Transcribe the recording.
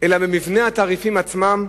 אלא במבנה התעריפים עצמם,